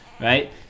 right